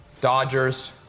Dodgers